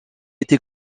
été